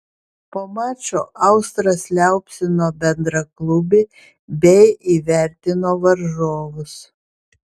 po mačo austras liaupsino bendraklubį bei įvertino varžovus